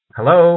Hello